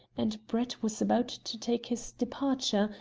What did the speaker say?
and brett was about to take his departure,